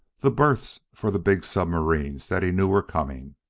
the berths for the big submarines that he knew were coming.